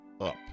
up